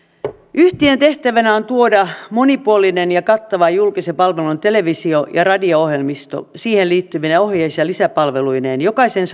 yhtiön tehtävänä on tuoda monipuolinen ja kattava julkisen valvonnan televisio ja radio ohjelmisto siihen liittyvine oheis ja lisäpalveluineen jokaisen